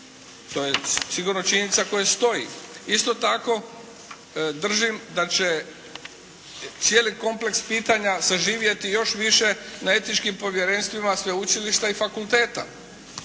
To je sigurno činjenica koja stoji. Isto tako držim da će cijeli kompleks pitanja zaživjeti još više na etičkim povjerenstvima sveučilišta i fakulteta.